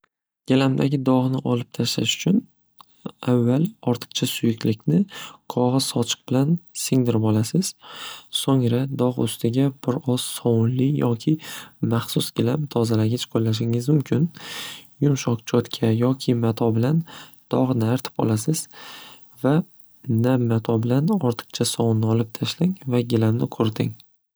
Gilamdagi dog'ni olib tashlash uchun avval ortiqcha suyuqlikni qog'oz sochiq bilan singdirib olasiz, so'ngra dog' ustiga biroz sovunli yoki maxsus gilam tozalagich qo'llashingiz mumkin. Yumshoq chotka yoki mato bilan dog'ni artib olasiz va nam mato bilan ortiqcha sovunni olib tashlang va gilamni quriting.